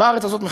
בארץ הזאת מחדש.